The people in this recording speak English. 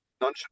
none